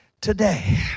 today